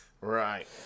right